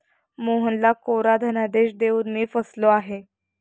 मोहनला कोरा धनादेश देऊन मी फसलो आहे